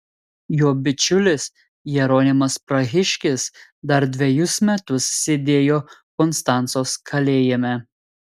jo bičiulis jeronimas prahiškis dar dvejus metus sėdėjo konstancos kalėjime